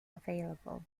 available